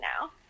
now